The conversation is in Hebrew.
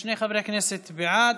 ושני חברי כנסת בעד.